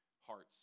hearts